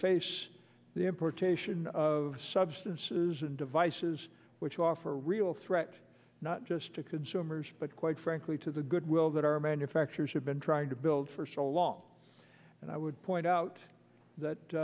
face the importation of substances and devices which offer a real threat not just to consumers but quite frankly to the goodwill that our manufacturers have been trying to build for so long and i would point out that